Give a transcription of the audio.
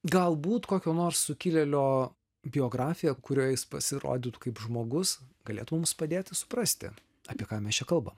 galbūt kokio nors sukilėlio biografija kurioje jis pasirodytų kaip žmogus galėtų mums padėti suprasti apie ką mes čia kalbam